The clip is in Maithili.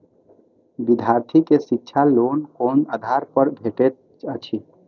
विधार्थी के शिक्षा लोन कोन आधार पर भेटेत अछि?